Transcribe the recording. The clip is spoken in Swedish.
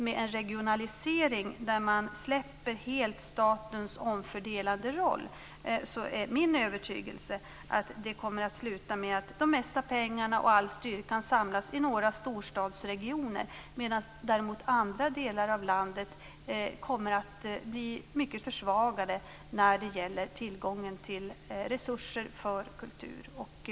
Med en regionalisering där man helt släpper statens omfördelande roll är min övertygelse att det kommer att sluta med att det mesta av pengarna och all styrkan samlas i några storstadsregioner, medan däremot andra delar av landet kommer att bli mycket försvagade när det gäller tillgången till resurser för kultur.